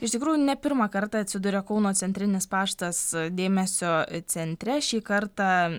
iš tikrųjų ne pirmą kartą atsiduria kauno centrinis paštas dėmesio centre šį kartą